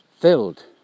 filled